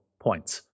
points